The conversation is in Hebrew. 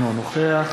אינו נוכח